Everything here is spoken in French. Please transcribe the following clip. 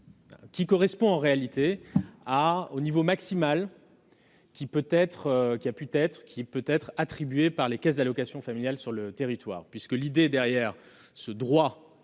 qui correspond, en réalité, au niveau maximal pouvant être attribué par les caisses d'allocations familiales sur le territoire. En effet, au travers du droit